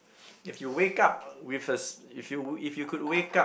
if you wake up with a s~ if you if you could wake up